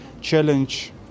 challenge